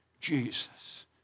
Jesus